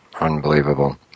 Unbelievable